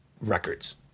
records